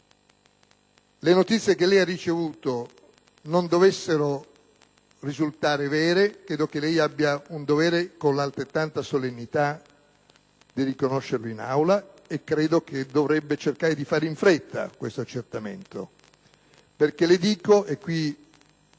le notizie che lei ha ricevuto non dovessero risultare vere, lei avrebbe il dovere, con altrettanta solennità, di riconoscerlo in Aula. Credo inoltre che dovrebbe cercare di fare in fretta questo accertamento perché lei (ed è questo